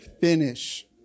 finish